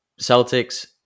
Celtics